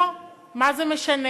לא, מה זה משנה?